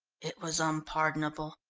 it was unpardonable.